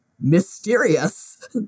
mysterious